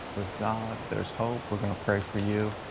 with god there is hope. we're going to pray for you.